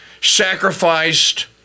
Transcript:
sacrificed